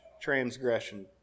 transgression